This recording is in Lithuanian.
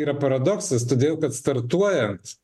yra paradoksas todėl kad startuojant